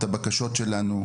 את הבקשות שלנו,